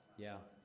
yeah.